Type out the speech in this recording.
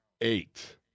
Eight